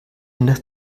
nach